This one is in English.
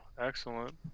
excellent